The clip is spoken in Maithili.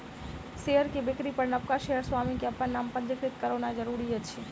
शेयर के बिक्री पर नबका शेयर स्वामी के अपन नाम पंजीकृत करौनाइ जरूरी अछि